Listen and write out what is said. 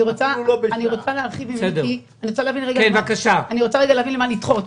אני רוצה להבין למה לדחות.